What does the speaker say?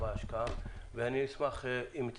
אני רוצה להגיד